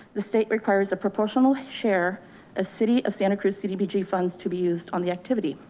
the state requires a proportional share a city of santa cruz cdbg funds to be used on the activity.